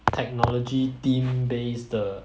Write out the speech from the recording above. technology theme based 的